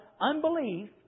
unbelief